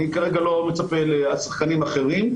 אני כרגע לא מצפה לשחקנים אחרים,